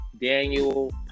Daniel